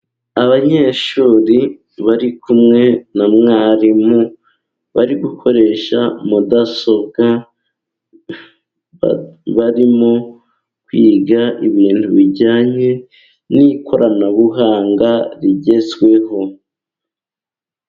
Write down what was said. Abanyeshuri bari kumwe na mwarimu, bari gukoresha mudasobwa barimo kwiga ibintu bijyanye n'ikoranabuhanga rigezweho.